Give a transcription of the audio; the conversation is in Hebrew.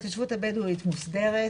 ההתיישבות הבדואית מוסדרת,